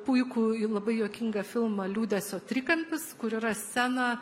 puikų ir labai juokingą filmą liūdesio trikampis kur yra scena